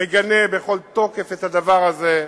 מגנה בכל תוקף את הדבר הזה.